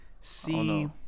see